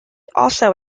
also